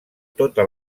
tota